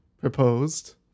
proposed